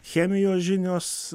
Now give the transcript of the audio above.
chemijos žinios